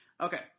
Okay